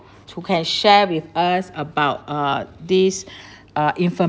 who can share with us about uh these uh info~